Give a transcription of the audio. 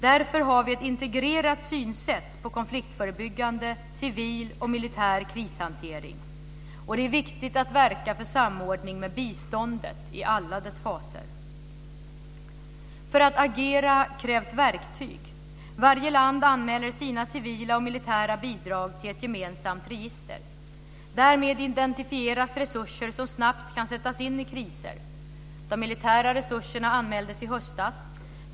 Därför har vi ett integrerat synsätt på konfliktförebyggande, civil och militär krishantering. Det är också viktigt att verka för samordning med biståndet i alla dess faser. För att agera krävs verktyg. Varje land anmäler sina civila och militära bidrag till ett gemensamt register. Därmed identifieras resurser som snabbt kan sättas in i kriser. De militära resurserna anmäldes i höstas.